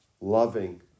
loving